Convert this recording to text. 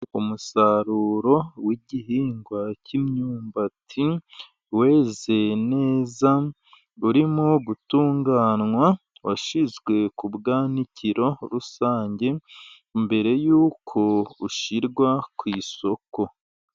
Umusaruro w' igihingwa cy' imyumbati weze neza urimo gutunganywa, washyizwe ku bwanikiro rusange, mbere yuko ushyirwa ku isoko.